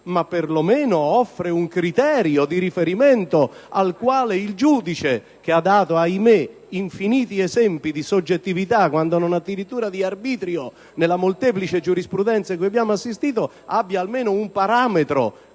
ma perlomeno si offre un criterio di riferimento e un parametro al giudice, che ha dato - ahimè - infiniti esempi di soggettività quando non addirittura di arbitrio nella molteplice giurisprudenza cui abbiamo assistito. Questa parola